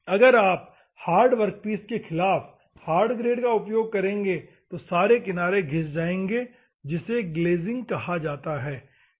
अगर आप hard workpiece के खिलाफ हार्ड ग्रेड का उपयोग करेंगे तो सारे किनारे घिस जायेंगे जिसे ग्लेज़िंग कहा जाता है